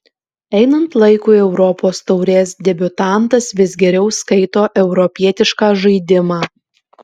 einant laikui europos taurės debiutantas vis geriau skaito europietišką žaidimą